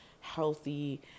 healthy